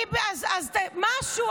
משהו,